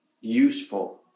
useful